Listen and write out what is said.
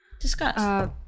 Discuss